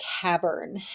cavern